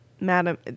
Madam